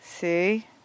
See